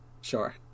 Sure